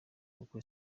kuko